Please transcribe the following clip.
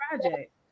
project